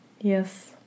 Yes